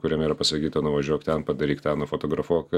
kur jiem yra pasakyta nuvažiuok ten padaryk tą nufotografuok